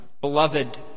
beloved